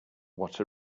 what